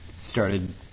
started